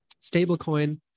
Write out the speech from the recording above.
stablecoin